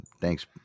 Thanks